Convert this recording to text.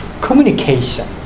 communication